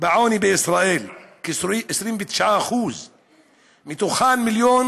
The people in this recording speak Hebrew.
בעוני בישראל, כ-29% ובהן 1.4 מיליון